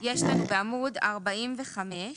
יש לנו בעמוד 45,